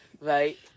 right